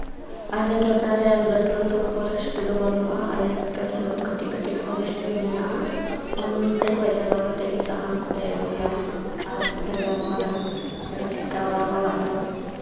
ᱟᱞᱮ ᱴᱚᱴᱷᱟᱨᱮ ᱞᱟᱹᱴᱩ ᱞᱟᱹᱴᱩ ᱯᱷᱚᱨᱮᱥᱴ ᱫᱚ ᱵᱟᱹᱱᱩᱜᱼᱟ ᱟᱞᱮ ᱴᱚᱴᱷᱟ ᱨᱮᱫᱚ ᱠᱟᱹᱴᱤᱡ ᱠᱟᱹᱴᱤᱡ ᱯᱷᱚᱨᱮᱥᱴ ᱜᱮ ᱢᱮᱱᱟᱜᱼᱟ ᱚᱱᱛᱮ ᱠᱷᱚᱱ ᱪᱟᱞᱟᱣ ᱠᱟᱛᱮᱫ ᱜᱮ ᱥᱟᱦᱟᱱ ᱠᱚᱞᱮ ᱟᱹᱜᱩᱭᱟ ᱟᱨᱞᱮ ᱵᱮᱵᱚᱦᱟᱨᱟ ᱥᱮᱞᱮ ᱴᱷᱮᱠᱟᱣᱟ ᱨᱚᱦᱚᱲᱟᱜ ᱫᱚ